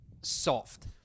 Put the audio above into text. soft